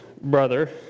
brother